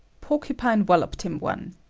porcupine wallopped him one.